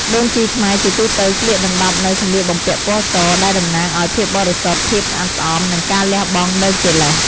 ចំពោះអាវមានពណ៌សដៃវែង ឬដៃខ្លី សម្រាប់ស្លៀកបាំងបិទកាយផ្នែកខាងលើ។